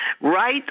right